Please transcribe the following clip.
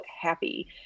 happy